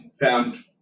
found